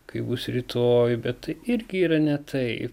kaip bus rytoj bet tai irgi yra ne taip